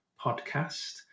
podcast